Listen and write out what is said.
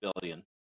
billion